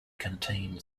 contain